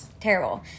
Terrible